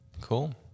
Cool